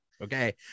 okay